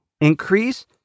increase